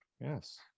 yes